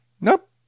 nope